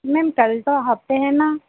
ma'am कल तो half day है ना